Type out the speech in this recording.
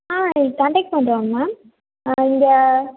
ஆ contact பண்ணுறோம் ma'am இங்கே